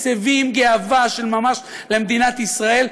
מסבים גאווה של ממש למדינת ישראל,